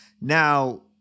Now